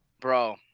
bro